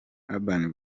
urban